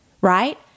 right